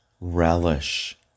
relish